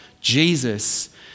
Jesus